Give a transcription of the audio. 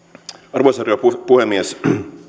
arvoisa rouva puhemies